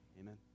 Amen